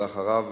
ואחריו,